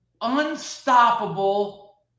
unstoppable